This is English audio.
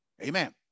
Amen